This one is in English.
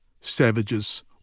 savages